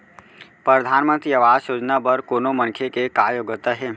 परधानमंतरी आवास योजना बर कोनो मनखे के का योग्यता हे?